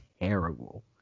terrible